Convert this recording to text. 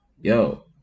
yo